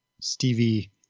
Stevie